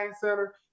center